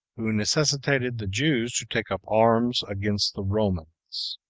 who necessitated the jews to take up arms against the romans.